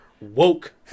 woke